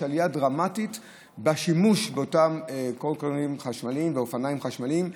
יש עלייה דרמטית בשימוש באותם קורקינטים חשמליים ואופניים חשמליים,